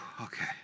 Okay